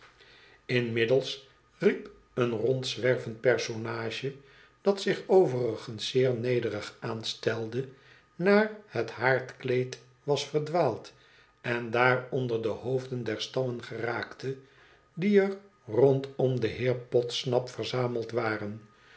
inmiddels riep een rondzwervend personage dat zich overigens zeer nederig aanstelde naar het haardkleed was verdwaald en daar onder de hoofden der stammen geraakte die ebndom den heer podsnap verzameld waren